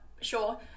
sure